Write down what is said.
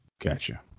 Gotcha